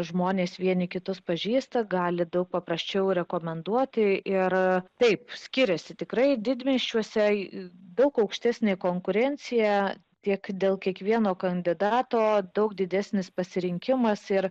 žmonės vieni kitus pažįsta gali daug paprasčiau rekomenduoti ir taip skiriasi tikrai didmiesčiuose yra daug aukštesnė konkurencija tiek dėl kiekvieno kandidato daug didesnis pasirinkimas ir